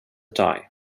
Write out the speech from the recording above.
dye